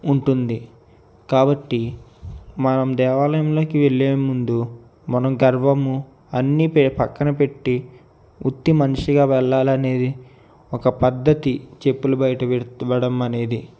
ఉంటుంది కాబట్టి మనం దేవాలయంలోకి వెళ్ళే ముందు మనం గర్వము అన్ని పే పక్కన పెట్టి ఉత్తి మనిషిగా వెళ్ళాలి అనేది ఒక పద్ధతి చెప్పులు బయట విడ్ విడవడం అనేది